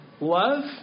love